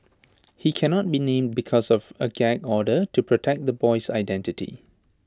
he cannot be named because of A gag order to protect the boy's identity